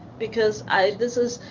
because i this is,